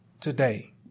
today